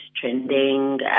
trending